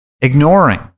ignoring